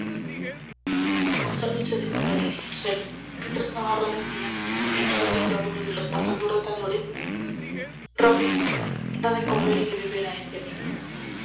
se dejó caer en el suelo mientras navarro decía dirigiéndose a uno de los más alborotadores roque da de comer y de beber a este amigo